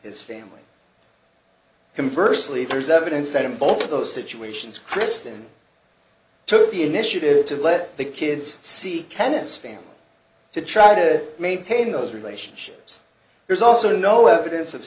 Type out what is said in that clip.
his family converse leaders evidence that in both of those situations kristen took the initiative to let the kids see tennis family to try to maintain those relationships there's also no evidence of